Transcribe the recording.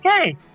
okay